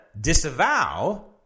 disavow